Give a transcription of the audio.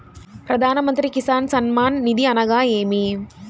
ప్రధాన మంత్రి కిసాన్ సన్మాన్ నిధి అనగా ఏమి?